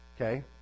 Okay